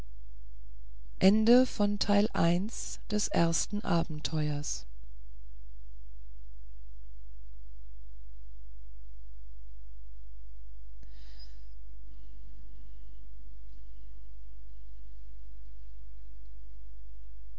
des ersten abenteuers